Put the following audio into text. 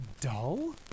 dull